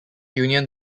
union